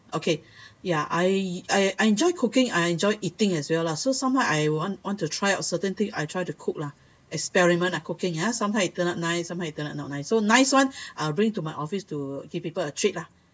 okay ya I I I enjoy cooking I enjoy eating as well lah so sometimes I want want to try on certain thing I try to cook lah experiment I cooking ah sometime you kena nice sometime you kena not nice so nice one I bring to my office to give people I treat lah